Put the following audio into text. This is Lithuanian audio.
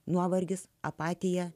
nuovargis apatija